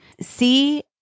See